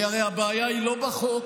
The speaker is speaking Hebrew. כי הרי הבעיה היא לא בחוק.